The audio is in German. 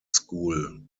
school